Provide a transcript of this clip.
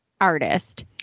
artist